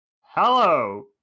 Hello